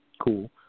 Cool